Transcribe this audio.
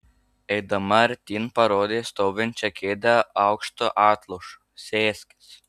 eidama artyn parodė stovinčią kėdę aukštu atlošu sėskis